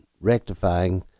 rectifying